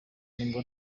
n’ubwo